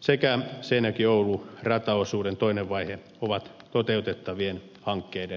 sekä seinäjokioulu rataosuuden toinen vaihe ovat toteutettavien hankkeiden listalla